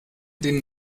den